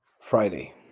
Friday